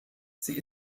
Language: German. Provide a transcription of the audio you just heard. sie